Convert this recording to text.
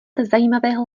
zajímavého